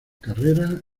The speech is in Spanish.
carrera